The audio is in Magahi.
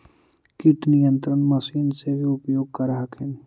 किट नियन्त्रण मशिन से भी उपयोग कर हखिन?